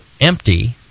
empty